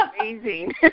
amazing